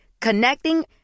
Connecting